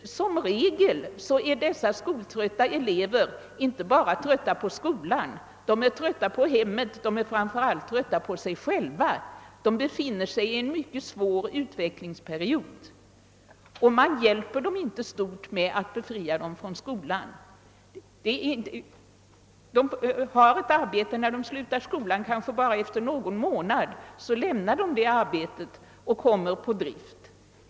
Som regel är dessa skoltrötta elever trötta inte bara på skolan, de är trötta på hemmet och de är framför allt trötta på sig själva. De befinner sig i en mycket svår utvecklingsperiod, och man hjälper dem inte stort med att befria dem från skolarbetet. De tar visserligen ett arbete när de slutar skolan, men efter kanske bara någon månad lämnar de detta arbete och råkar på drift.